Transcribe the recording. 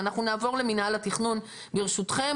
אבל אנחנו נעבור למינהל התכנון ברשותכם.